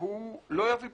שהוא לא יביא פתרון.